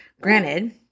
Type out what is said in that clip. Granted